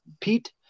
Pete